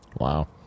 Wow